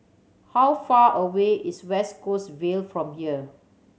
how far away is West Coast Vale from here